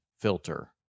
filter